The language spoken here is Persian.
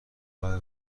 راه